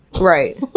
right